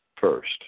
first